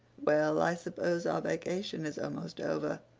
well, i suppose our vacation is almost over.